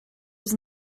was